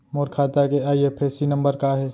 मोर खाता के IFSC number का हे?